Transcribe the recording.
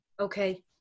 Okay